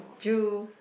drool